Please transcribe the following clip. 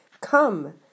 Come